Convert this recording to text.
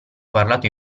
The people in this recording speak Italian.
parlato